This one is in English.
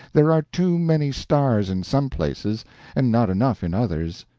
there are too many stars in some places and not enough in others,